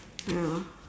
ya